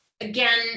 again